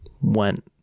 went